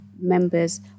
members